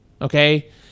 Okay